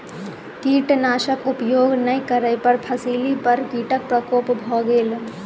कीटनाशक उपयोग नै करै पर फसिली पर कीटक प्रकोप भ गेल